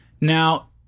Now